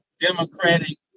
Democratic